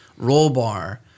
Rollbar